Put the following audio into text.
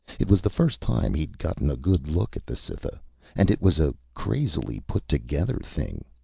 it was the first time he'd gotten a good look at the cytha and it was a crazily put-together thing.